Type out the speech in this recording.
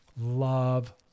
Love